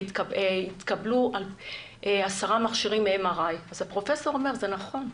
יתקבלו 10 מכשירי MRI. אז הפרופסור אומר "זה נכון,